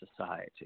society